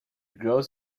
grows